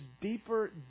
deeper